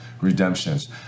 Redemptions